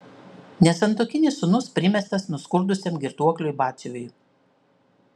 nesantuokinis sūnus primestas nuskurdusiam girtuokliui batsiuviui